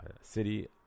city